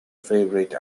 favorite